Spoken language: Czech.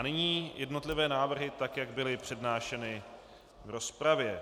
Nyní jednotlivé návrhy, jak byly přednášeny v rozpravě.